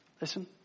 Listen